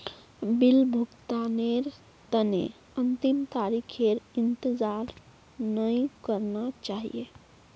bill भुगतानेर तने अंतिम तारीखेर इंतजार नइ करना चाहिए